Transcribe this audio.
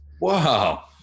Wow